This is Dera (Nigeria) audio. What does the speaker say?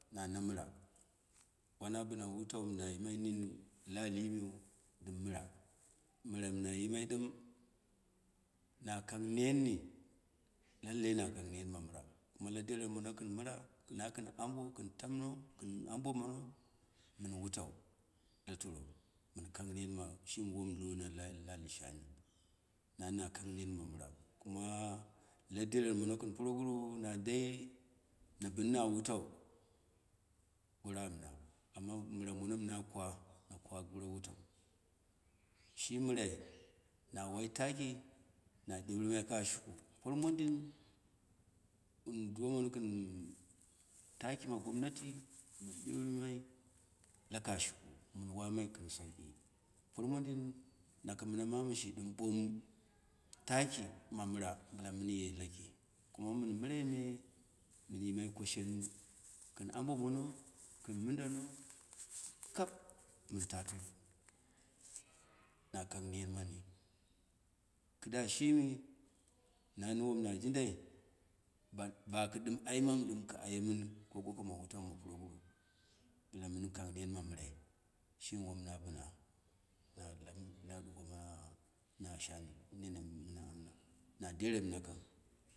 Nana mɨra, wana bɨma wutau na yima wini lahimeu ɗɨm mɨra, mɨra na yimai ɗim, na kang nen ni, lallai makong ner ma mɨra, kuma la deren mono kɨn mɨra, makɨn abo kɨn tauno kɗn abe ma mɨn wutau lator, mɨn ner ma- shimi won luna la lahi shani, nan na kang ner ma mɨra kuma la deren monu kɨn puroguru na dai na mɨran mono na kwo na kwa gor wutau, shi mitrai na wai taki, na ɗiu rɨ maika kashɨku por modɨm wun do manu gɨn takim gomnati mɨn ɗiurɨ mai la kashiku na mɨn wainai kɨn sauki, por mo dɨn ama ɓomu taki ma mɨra bɨla mɨnye laku kuma mɨn mɨrai me, mɨn yimai ko shenmu kɨn abonmono kɨn mɗdano kap, mɨn ta toro, na kang nan mani kɨda, shimi wom na jindai bakɨ ɗɨm mamu ɗɨm kɨ aye mini ko goko ma wutau ma pubauwu bɨla mɨn kang ner mamɨ rai shimi wom na bɨna na la dukoma, na shani nene mɨna amma na deremɨna ka woi.